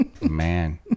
Man